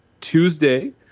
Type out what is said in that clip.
Tuesday